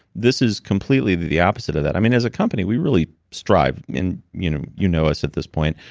this is completely the the opposite of that. i mean, as a company, we really strive and you know you know us at this point.